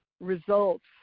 results